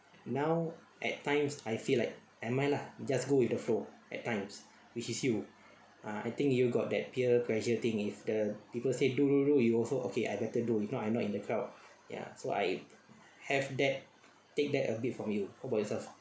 now at times I feel like never mind lah just go with the flow at times which is you ah I think you got that peer pressure thing if the people say do do do you also okay I better do if not I not in the crowd ya so I have that take that a bit from you what about yourself